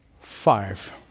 Five